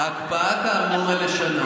קריאות ביניים, בישיבה.